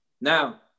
Now